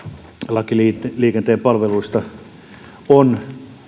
laki liikenteen palveluista on